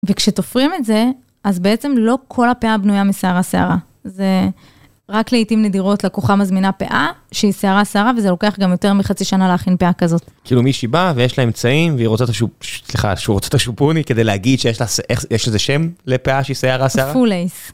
וכשתופרים את זה, אז בעצם לא כל הפאה בנויה משערה שערה. זה, רק לעיתים נדירות לקוחה מזמינה פאה שהיא שערה שערה, וזה לוקח גם יותר מחצי שנה להכין פאה כזאת. כאילו מישהי באה ויש לה אמצעים, והיא רוצה את ה, סליחה, שהוא רוצה את השופוני, כדי להגיד שיש לה, יש איזה שם לפאה שהיא שערה שערה? פול אייס.